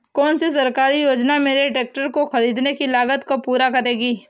कौन सी सरकारी योजना मेरे ट्रैक्टर ख़रीदने की लागत को पूरा करेगी?